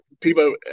people